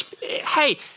Hey